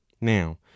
now